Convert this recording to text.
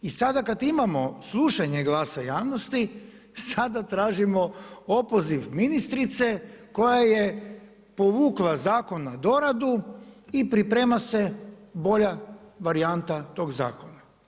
I sada kada imamo slušanje glasa javnosti, sada tražimo opoziv ministrice koja je povukla zakon na doradu i priprema se bolja varijanta tog zakona.